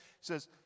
says